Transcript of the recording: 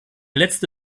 letzte